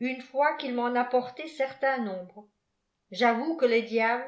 une fois qu'il m'en app xrtait certain nombre j'avoue que le diable